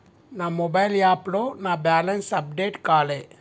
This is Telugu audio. నా మొబైల్ యాప్లో నా బ్యాలెన్స్ అప్డేట్ కాలే